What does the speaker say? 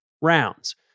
rounds